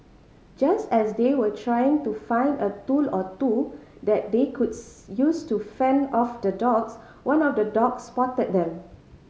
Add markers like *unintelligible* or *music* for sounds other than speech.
just as they were trying to find a tool or two that they could *unintelligible* use to fend off the dogs one of the dogs spotted them